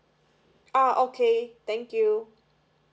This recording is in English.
ah okay thank you